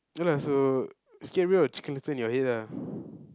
no lah so just get rid of the chicken little in your head lah